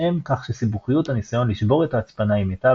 בהתאם כך שסיבוכיות הניסיון לשבור את ההצפנה עם מיטב